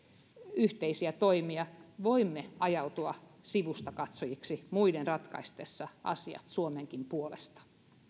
yhteisiä toimia voimme ajautua sivustakatsojiksi muiden ratkaistessa asiat suomenkin puolesta